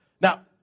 Now